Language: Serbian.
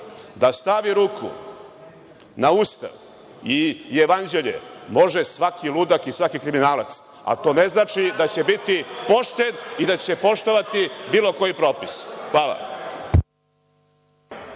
da stavi ruku na Ustav i Jevanđelje može svaki ludak i svaki kriminalac, a to ne znači da će biti pošten i da će poštovati bilo koji propis. Hvala.